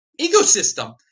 ecosystem